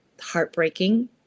heartbreaking